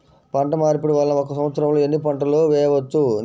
పంటమార్పిడి వలన ఒక్క సంవత్సరంలో ఎన్ని పంటలు వేయవచ్చు?